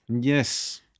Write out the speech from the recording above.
Yes